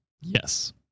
Yes